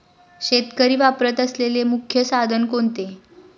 शेतकरी वापरत असलेले मुख्य साधन कोणते?